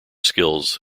skills